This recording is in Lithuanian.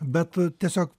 bet tiesiog